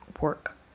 work